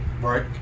Right